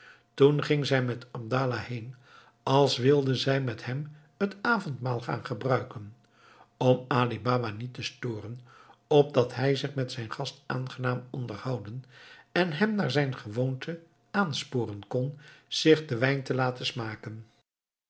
toen ging zij met abdallah heen als wilde zij met hem het avondmaal gaan gebruiken om ali baba niet te storen opdat hij zich met zijn gast aangenaam onderhouden en hem naar zijn gewoonte aansporen kon zich den wijn te laten smaken